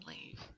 leave